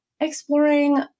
exploring